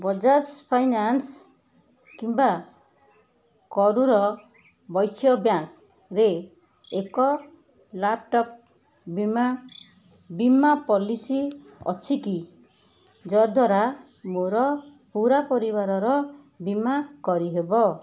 Bajaj finance କିମ୍ବା କରୂର ବୈଶ୍ୟ ବ୍ୟାଙ୍କରେ ଏକ ଲାପଟପ୍ ବୀମା ବୀମା ପଲିସି ଅଛି କି ଯଦ୍ଵାରା ମୋର ପୂରା ପରିବାରର ବୀମା କରିହେବ